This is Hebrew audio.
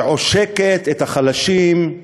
שעושקת את החלשים,